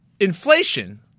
inflation –